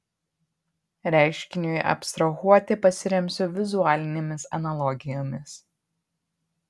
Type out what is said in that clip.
reiškiniui abstrahuoti pasiremsiu vizualinėmis analogijomis